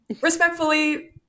Respectfully